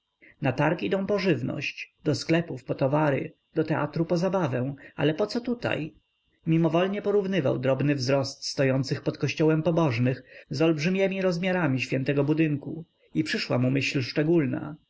na targ idą po żywność do sklepów po towary do teatru po zabawę ale poco tutaj mimowoli porównywał drobny wzrost stojących pod kościołem pobożnych z olbrzymiemi rozmiarami świętego budynku i przyszła mu myśl szczególna